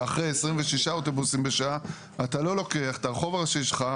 ואחרי 26 אוטובוסים בשעה אתה לא לוקח את הרחוב הראשי שלך,